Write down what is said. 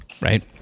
right